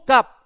up